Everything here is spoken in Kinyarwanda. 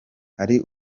hari